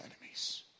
enemies